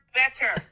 better